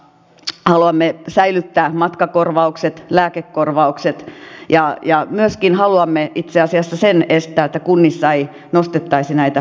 haluamme säilyttää matkakorvaukset lääkekorvaukset ja myöskin haluamme itse asiassa estää sen että kunnissa ei nostettaisi näitä palvelumaksuja